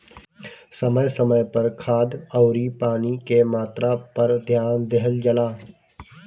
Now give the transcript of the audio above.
समय समय पर खाद अउरी पानी के मात्रा पर ध्यान देहल जला